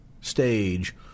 stage